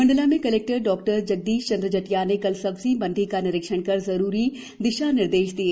मंडला में कलेक्टर डॉ जगदीश चंद्र जटिया ने कल सब्जी मंडी का निरीक्षण कर जरूरी दिशा निर्देष दिए